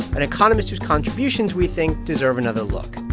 an economist whose contributions we think deserve another look.